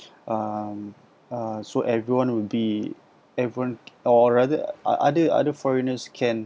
um uh so everyone will be everyone or rather o~ other other foreigners can